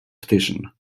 petition